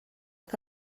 que